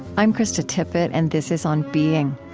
i'm krista tippett, and this is on being.